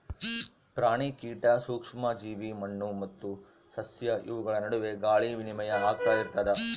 ಪ್ರಾಣಿ ಕೀಟ ಸೂಕ್ಷ್ಮ ಜೀವಿ ಮಣ್ಣು ಮತ್ತು ಸಸ್ಯ ಇವುಗಳ ನಡುವೆ ಗಾಳಿ ವಿನಿಮಯ ಆಗ್ತಾ ಇರ್ತದ